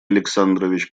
александрович